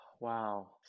Wow